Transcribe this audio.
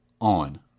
on